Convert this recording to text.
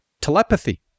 telepathy